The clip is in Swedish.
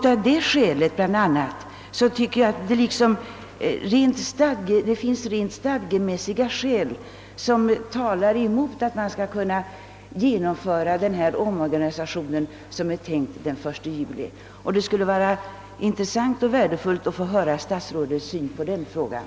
Det finns, menar jag, rent stadgemässiga skäl som talar emot att genomföra den planerade omorganisationen den 1 juli. Det skulle vara intressant och värdefullt att få höra statsrådets syn på den frågan.